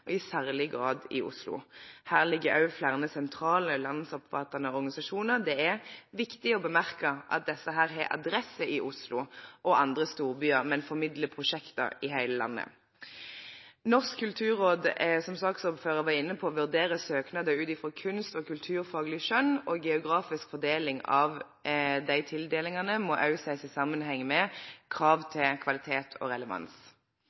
og i særlig grad i Oslo. Her ligger også flere sentrale landsomfattende organisasjoner. Det er viktig å bemerke at disse har adresse i Oslo og andre storbyer, men formidler prosjekter i hele landet. Som saksordføreren var inne på, vurderer Norsk kulturråd søknader ut fra kunst- og kulturfaglig skjønn, og geografisk fordeling av disse tildelingene må også ses i sammenheng med krav til kvalitet og relevans.